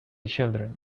children